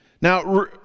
Now